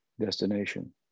destination